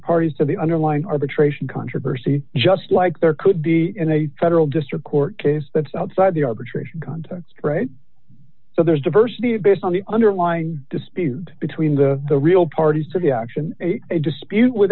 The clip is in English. parties to the underlying arbitration controversy just like there could be in a federal district court case that's outside the arbitration context right so there's diversity based on the underlying dispute between the the real parties to the action a dispute with